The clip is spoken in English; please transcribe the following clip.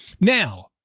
Now